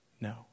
No